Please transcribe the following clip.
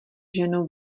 ženou